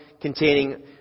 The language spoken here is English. containing